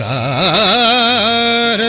aa